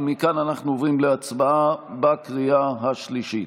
מכאן אנחנו עוברים להצבעה בקריאה השלישית.